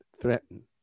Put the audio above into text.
threaten